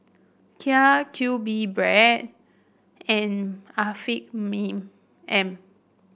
Kia Q B bread and Afiq M